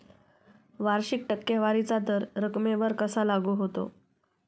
वार्षिक टक्केवारीचा दर रकमेवर कसा लागू होतो?